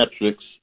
metrics